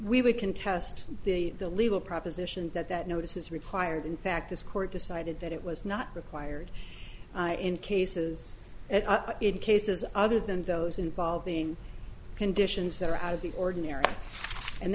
would contest the the legal proposition that that notice is required in fact this court decided that it was not required in cases in cases other than those involving conditions that are out of the ordinary and